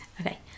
Okay